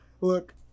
look